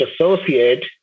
associate